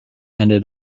ended